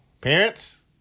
parents